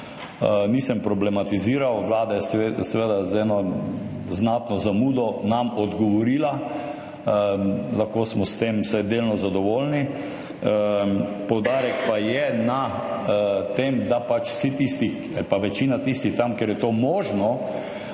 Nisem problematiziral, Vlada je seveda z eno znatno zamudo nam odgovorila, lahko smo s tem vsaj delno zadovoljni, poudarek pa je na tem, da vsi tisti ali večina tistih tam, kjer je to možno,